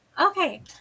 Okay